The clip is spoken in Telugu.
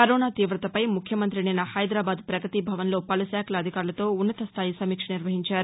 కరోనా తీవతపై ముఖ్యమంతి నిన్న హైదరాబాద్ ప్రగతిభవన్లో పలు శాఖల అధికారులతో ఉన్నతస్థాయి సమీక్ష నిర్వహించారు